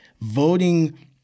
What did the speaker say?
voting